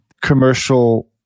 commercial